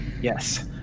Yes